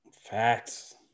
Facts